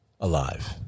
alive